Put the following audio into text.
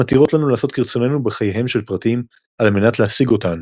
המתירות לנו לעשות כרצוננו בחייהם של פרטים על מנת להשיג אותן?